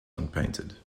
unpainted